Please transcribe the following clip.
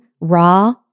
raw